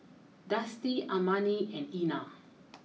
Dusty Armani and Einar